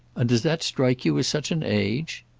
and does that strike you as such an age?